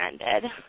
ended